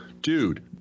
Dude